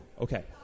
Okay